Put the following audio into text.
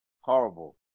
Horrible